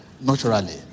naturally